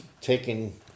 taking